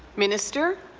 minister?